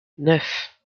neuf